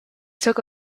took